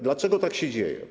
Dlaczego tak się dzieje?